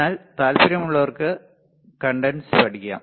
എന്നാൽ താൽപ്പര്യമുള്ളവർക്ക് കഡെൻസ് പഠിക്കാം